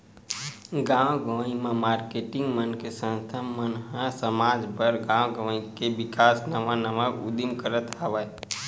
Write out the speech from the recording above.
गाँव गंवई म मारकेटिंग मन के संस्था मन ह समाज बर, गाँव गवई के बिकास नवा नवा उदीम करत हवय